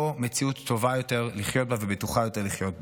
מציאות טובה יותר לחיות בה ובטוחה יותר לחיות בה.